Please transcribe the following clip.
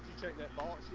them on